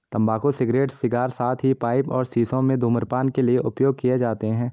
तंबाकू cigarette, cigar, साथ ही पाइप और शीशों में धूम्रपान के लिए उपयोग किए जाते हैं